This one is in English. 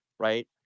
Right